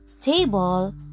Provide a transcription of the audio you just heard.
table